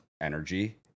energy